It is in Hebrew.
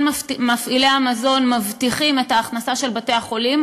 מפעילי המזון מבטיחים את ההכנסה של בתי-החולים,